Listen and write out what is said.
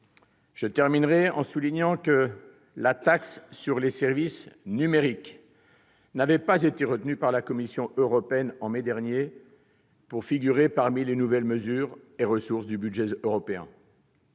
Je terminerai mon propos en soulignant que la taxe sur les services numériques n'avait pas été retenue par la Commission européenne, en mai dernier, au titre des nouvelles mesures et ressources du budget européen.